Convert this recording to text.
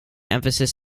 emphasis